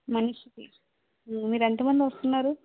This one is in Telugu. మనిషికి మీరు ఎంతమంది వస్తున్నారు